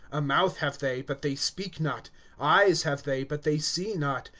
a mouth have they, but they speak not eyes have they, but they see not,